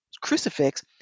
crucifix